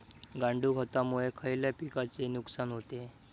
गांडूळ खतामुळे खयल्या पिकांचे नुकसान होते?